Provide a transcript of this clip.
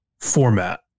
format